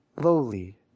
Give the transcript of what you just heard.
lowly